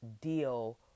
deal